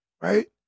Right